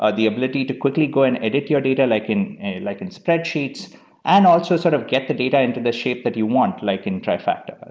ah the ability to quickly go and edit your data like in like in spreadsheets and also sort of get the data into the shape that you want like in trifecta, and